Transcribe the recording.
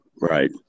right